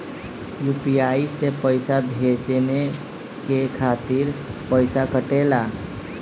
UPI से पइसा भेजने के खातिर पईसा कटेला?